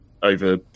over